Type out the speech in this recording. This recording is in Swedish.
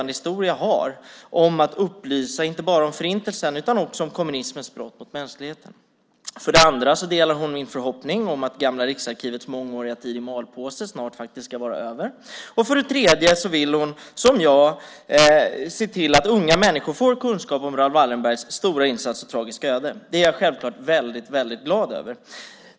Det handlar om att upplysa inte bara om Förintelsen utan också om kommunismens brott mot mänskligheten. För det andra delar statsrådet min förhoppning om att Gamla riksarkivets mångåriga tid i malpåse snart ska vara över. För det tredje vill statsrådet som jag se till att unga människor får kunskap om Raoul Wallenbergs stora insats och tragiska öde. Detta är jag självfallet väldigt glad över.